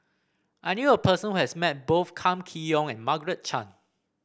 I knew a person who has met both Kam Kee Yong and Margaret Chan